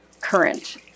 current